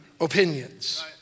opinions